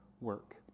work